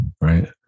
Right